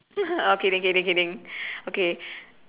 kidding kidding kidding okay